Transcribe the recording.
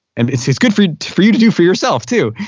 and it's it's good for you for you to do for yourself too.